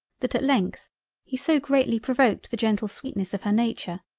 that at length he so greatly provoked the gentle sweetness of her nature,